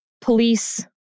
police